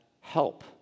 help